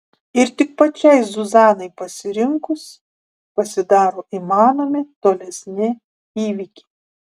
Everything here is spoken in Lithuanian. ir tik pačiai zuzanai pasirinkus pasidaro įmanomi tolesni įvykiai